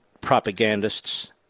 propagandists